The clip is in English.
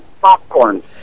popcorn